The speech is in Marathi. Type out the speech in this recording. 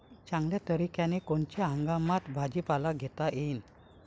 चांगल्या तरीक्यानं कोनच्या हंगामात भाजीपाला घेता येईन?